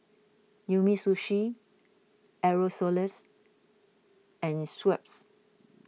Umisushi Aerosoles and Schweppes